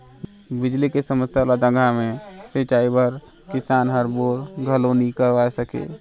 बिजली के समस्या वाला जघा मे सिंचई बर किसान हर बोर घलो नइ करवाये सके